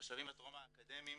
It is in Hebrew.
בשלבים הטרום אקדמיים